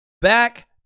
back